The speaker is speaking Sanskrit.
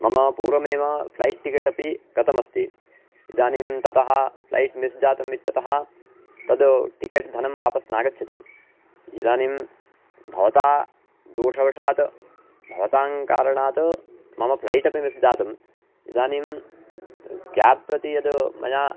मम पूर्वमेव फ़्लैट् टिकेट् अपि गतमस्ति इदानीं ततः फ़्लैट् मिस् जातम् इत्यतः तद् टिकेट् धनं वापस् नागच्छति इदानीं भवता दोषवशात् भवतः कारणात् मम फ़्लैट् अपि मिस् जातम् इदानीं केब् प्रति यद् मया